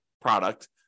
product